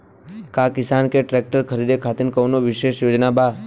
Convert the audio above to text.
का किसान के ट्रैक्टर खरीदें खातिर कउनों विशेष योजना बा?